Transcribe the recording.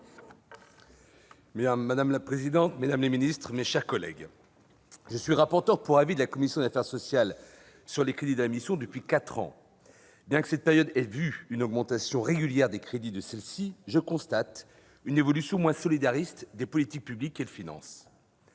madame la ministre, madame la secrétaire d'État, mes chers collègues, je suis rapporteur pour avis de la commission des affaires sociales sur les crédits de la mission depuis quatre ans. Bien que cette période ait vu une augmentation régulière de ces crédits, je constate une évolution moins solidariste des politiques publiques qu'elle finance.